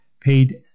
paid